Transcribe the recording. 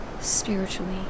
spiritually